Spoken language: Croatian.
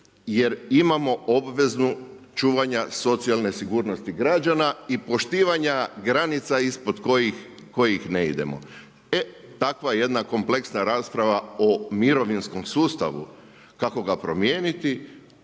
jer imamo obvezu čuvanja socijalne sigurnosti građana i poštivanja granica ispod kojih ne idemo. E takva jedna kompleksna rasprava o mirovinskom sustavu kako ga promijeniti